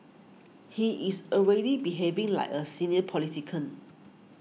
he is already behaving like a senior politician